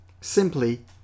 simply